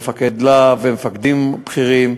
מפקד "להב" ומפקדים בכירים,